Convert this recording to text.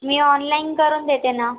मी online करून देते ना